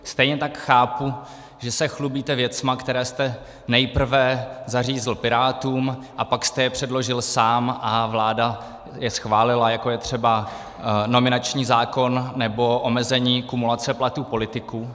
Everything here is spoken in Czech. Stejně tak chápu, že se chlubíte věcmi, které jste nejprve zařízl Pirátům, a pak jste je předložil sám a vláda je schválila, jako je třeba nominační zákon nebo omezení kumulace platů politiků.